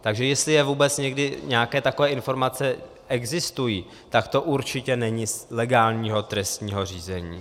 Takže jestli vůbec někdy nějaké takové informace existují, tak to určitě není z legálního trestního řízení.